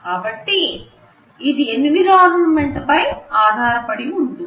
కాబట్టి ఇది ఎన్విరాన్మెంట్ పై ఆధారపడి ఉంటుంది